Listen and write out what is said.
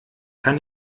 kann